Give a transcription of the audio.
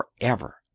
forever